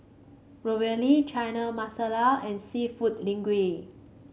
Ravioli Chana Masala and seafood Linguine